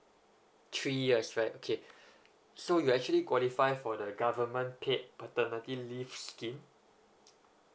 three years right okay so you actually qualify for the government paid paternity leave scheme